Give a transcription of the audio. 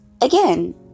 again